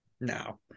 No